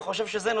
נמצא בשיא.